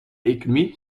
economie